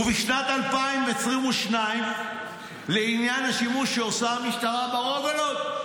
ובשנת 2022 לעניין השימוש שעושה המשטרה ברוגלות.